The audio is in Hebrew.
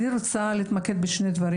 אני רוצה להתמקד בשני דברים,